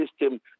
system